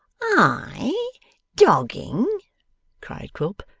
i dogging cried quilp.